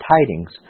tidings